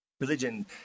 Religion